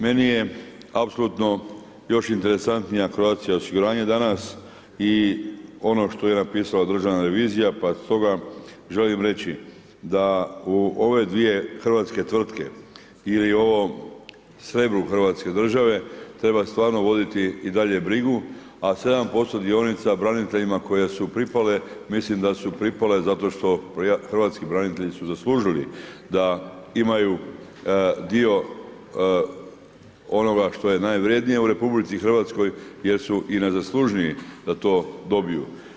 Meni je apsolutno još interesantnije Croatia osiguranje danas i ono što je napisala državna revizija, pa stoga želim reći da u ove dvije hrvatske tvrtke, ili ovom srebru hrvatske države treba stvarno voditi i dalje brigu, a 7% dionica braniteljima koje su pripale, mislim da su pripale zato što hrvatski branitelji su zaslužili da imaju dio onoga što je najvrednije u RH jer su i najzaslužniji da to dobiju.